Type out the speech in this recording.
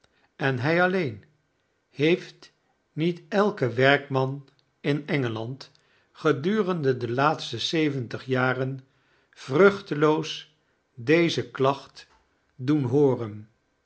en hij alleen heeft niet elke werkman in engeland gedurende de laatste zeventig jaren vruchteloos deze klacht doen hooren